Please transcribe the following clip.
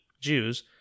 Jews